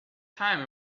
time